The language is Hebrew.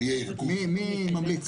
הוא מדבר